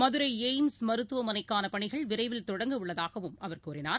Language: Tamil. மதுரைஎய்ம்ஸ் மருத்துவமனைக்கானபணிகள் விரைவில் தொடங்கவுள்ளதாகவும் அவர் கூறினார்